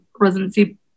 residency